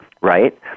right